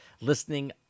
listening